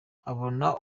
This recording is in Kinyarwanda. abona